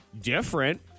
different